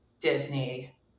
Disney